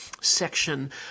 section